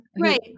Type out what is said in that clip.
right